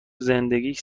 زندگیش